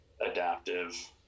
adaptive